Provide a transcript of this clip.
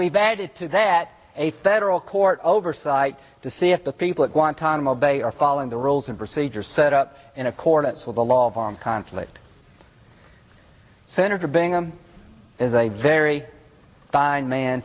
we've added to that a federal court oversight to see if the people at guantanamo bay are following the rules and procedures set up in accordance with the law of armed conflict senator bingham is a very fine man